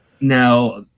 Now